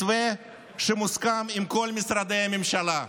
מתווה שמוסכם על כל משרדי הממשלה.